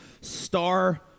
star